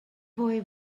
boy